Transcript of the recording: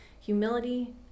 humility